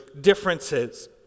differences